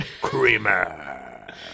Creamer